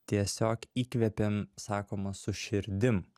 tiesiog įkvėpiam sakoma su širdim